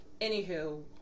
anywho